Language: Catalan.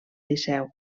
liceu